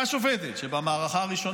89 לשעברים, בכירים במערכת הביטחון.